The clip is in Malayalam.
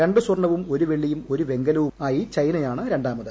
രണ്ട് സ്വർണ്ണവും ഒരു വെള്ളിയും ഒരു വെങ്കലവുമായി ചൈനയാണ് രണ്ടാമത്